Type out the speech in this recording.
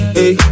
Hey